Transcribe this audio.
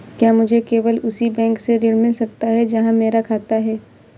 क्या मुझे केवल उसी बैंक से ऋण मिल सकता है जहां मेरा खाता है?